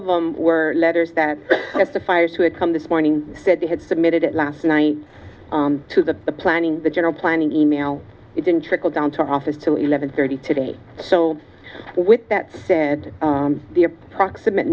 of them were letters that the fires who had come this morning said they had submitted it last night to the planning the general planning email isn't trickled down to our office to eleven thirty today so with that said the approximate